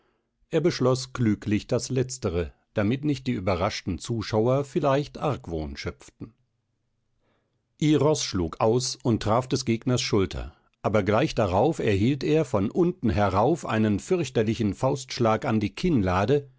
er beschloß klüglich das letztere damit nicht die überraschten zuschauer vielleicht argwohn schöpften iros schlug aus und traf des gegners schulter aber gleich darauf erhielt er von unten herauf einen fürchterlichen faustschlag an die kinnlade